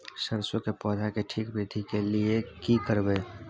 सरसो के पौधा के ठीक वृद्धि के लिये की करबै?